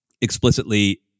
explicitly